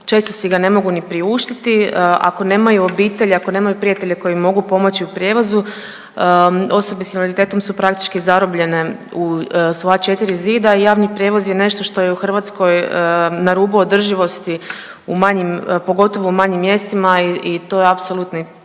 često si ga ne mogu ni priuštiti ako nemaju obitelj, ako nemaju prijatelje koji im mogu pomoći u prijevozu osobe s invaliditetom su praktički zarobljene u svoja 4 zida i javni prijevoz je nešto što je u Hrvatskoj na rubu održivosti u manjim, pogotovo u manjim mjestima i to je apsolutni prioritet